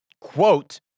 quote